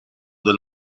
del